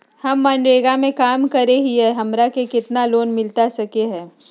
हमे मनरेगा में काम करे हियई, हमरा के कितना लोन मिलता सके हई?